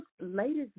latest